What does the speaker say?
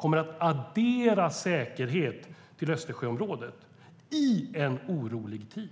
kommer att addera säkerhet till Östersjöområdet i en orolig tid.